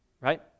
right